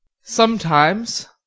Sometimes